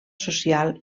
social